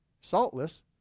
saltless